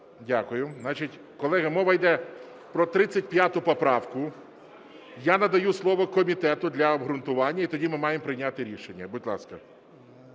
колеги, мова йде про 35 поправку. Я надаю слово комітету для обґрунтування, і тоді ми маємо прийняти рішення. Будь ласка.